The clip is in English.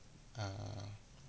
err